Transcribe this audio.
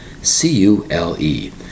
C-U-L-E